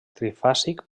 trifàsic